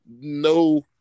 no